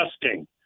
disgusting